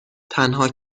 تنها